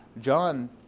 John